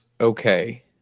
okay